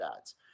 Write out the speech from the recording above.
ads